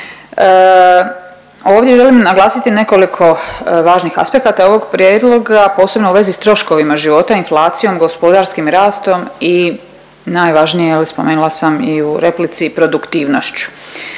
Ovdje želim naglasiti nekoliko važnih aspekata ovog prijedloga posebno u vezi s troškovima života, inflacijom, gospodarskim rastom i najvažnije evo spomenula sam i u replici produktivnošću.